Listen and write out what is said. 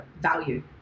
value